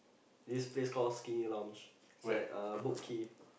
this place call Skinny-Lounge is at uh Boat-Quay